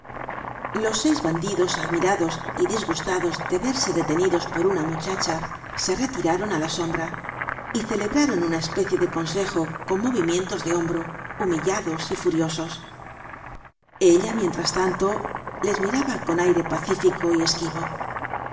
los seis bandidos admirados y disgustados de verse detenidos por una muchacha se retiraron á la sombra y celebraron una especie de consejo con movimientos de hombro humillados y furiosos ella mientras tanto les miraba con aire pacífico y esquivo